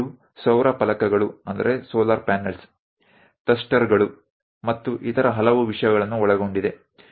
ಇದು ಸೌರ ಫಲಕಗಳು ಥ್ರಸ್ಟರ್ಗಳು ಮತ್ತು ಇತರ ಹಲವು ವಿಷಯಗಳನ್ನು ಒಳಗೊಂಡಿದೆ